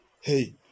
hey